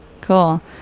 Cool